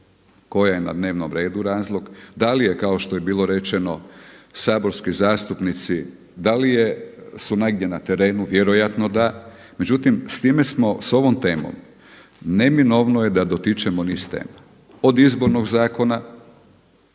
koja je na dnevnom redu razlog? Da li je kao što je bilo rečeno saborski zastupnici, da li su negdje na terenu, vjerojatno da, međutim s time smo, s ovom temom neminovno je da dotičemo niz tema, od Izbornog zakona,